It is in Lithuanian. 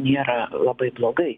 nėra labai blogai